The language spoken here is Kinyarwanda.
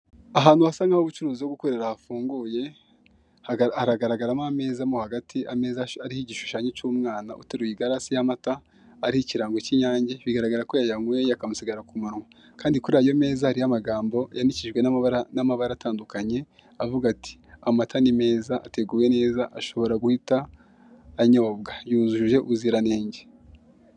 Ahantu hasa nkaho ubucuruzi ho gukorera hafunguye hagaragaramo ameza mo hagati, ameza ariho igishushanyo cy'umwana uteru igarasi y'amata ari ikirango cy'inyange bigaragara ko yayanyweye akamusigara ku munwa kandi kuri ayo meza hariho amagambo yandikijwe n'amabara atandukanye avuga ati amata ni meza ateguwe neza ashobora guhita anyobwa yujuje ubuziranenge.